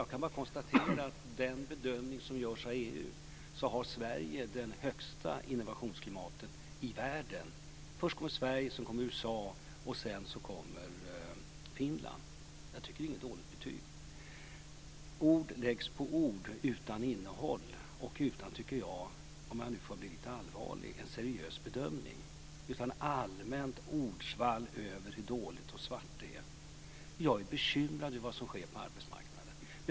Jag kan bara konstatera att enligt den bedömning som görs av EU har Sverige det högsta innovationsklimatet i världen. Först kommer Sverige, sedan kommer USA och sedan kommer Finland. Jag tycker inte att det är ett dåligt betyg. Ord läggs på ord utan innehåll och utan, om jag nu får bli lite allvarlig, en seriös bedömning. Det är ett allmänt ordsvall över hur dåligt och svart det är. Jag är bekymrad över det som sker på arbetsmarknaden.